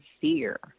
fear